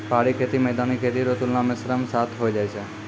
पहाड़ी खेती मैदानी खेती रो तुलना मे श्रम साध होय जाय छै